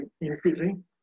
increasing